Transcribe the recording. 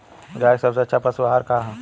गाय के सबसे अच्छा पशु आहार का ह?